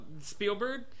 Spielberg